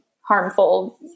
harmful